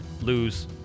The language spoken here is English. lose